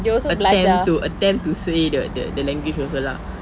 attempt to attempt to say the language also lah